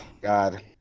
god